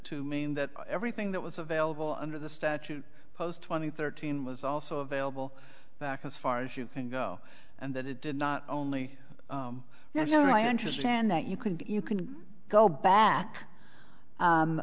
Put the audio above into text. to mean that everything that was available under the statute post twenty thirteen was also available back as far as you can go and that it did not only now show i understand that you can you can go back